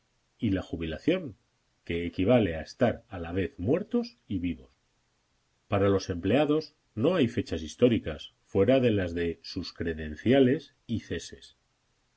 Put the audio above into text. y la jubilación que equivale a estar a la vez muertos y vivos para los empleados no hay fechas históricas fuera de las de sus credenciales y ceses